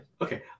Okay